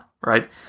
right